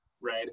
right